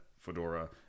fedora